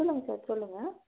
சொல்லுங்கள் சார் சொல்லுங்கள்